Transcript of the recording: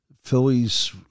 Phillies